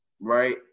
right